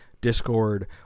Discord